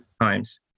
times